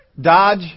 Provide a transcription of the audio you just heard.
Dodge